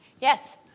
Yes